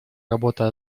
работа